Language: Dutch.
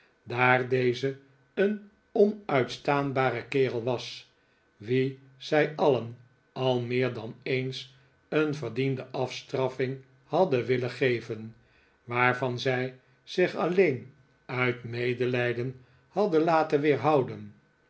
daar deze een onuitstaanbare kerel was wien zij alien al meer dan eens een verdiende afstraffing hadden willen geven waarvan zij zich alleen uit medelijden hadden laten weerhouden